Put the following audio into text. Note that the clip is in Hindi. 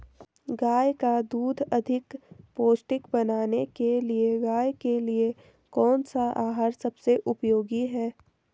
गाय का दूध अधिक पौष्टिक बनाने के लिए गाय के लिए कौन सा आहार सबसे उपयोगी है?